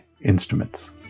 instruments